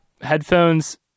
headphones